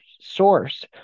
source